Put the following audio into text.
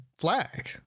flag